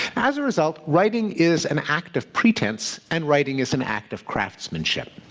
as a result, writing is an act of pretense, and writing is an act of craftsmanship.